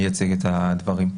אני אציג את הדברים.